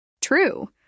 True